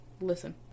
listen